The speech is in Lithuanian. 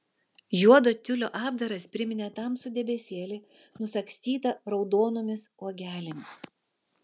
juodo tiulio apdaras priminė tamsų debesėlį nusagstytą raudonomis uogelėmis